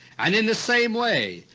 and in the same way,